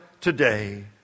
today